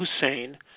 Hussein –